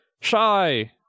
shy